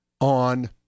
on